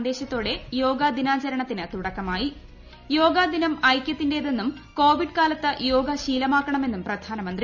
സന്ദേശത്തോടെ യോഗാദിനാചരണത്തിന് തുടക്കമായി യോഗാ ദിനം ഐകൃത്തിന്റേത് എന്നും കോവിഡ് കാലത്ത് യോഗ ശീലമാക്കണമെന്നും പ്രധാനമന്ത്രി